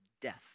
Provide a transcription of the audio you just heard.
death